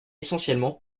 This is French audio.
essentiellement